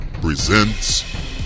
presents